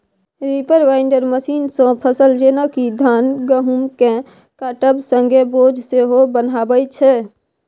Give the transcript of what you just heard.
reaper binder मशीनसँ फसल जेना कि धान गहुँमकेँ काटब संगे बोझ सेहो बन्हाबै छै